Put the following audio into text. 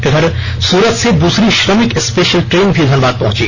इधर सूरत से दूसरी श्रमिक स्पेशल ट्रेन भी धनबाद पहुँची